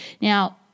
Now